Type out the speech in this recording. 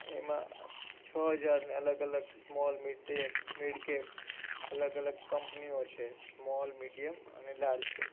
એમાં છ હજાર અલગ અલગ સ્મોલ મિડ કેપ અલગ અલગ કંપનીઓ છે સ્મોલ મિડિયમ અને લાર્જ કેપ